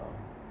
uh